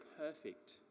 perfect